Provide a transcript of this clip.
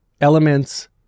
elements